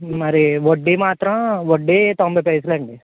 మరి వడ్డీ మాత్రం వడ్డీ తొంభై పైసలు అండి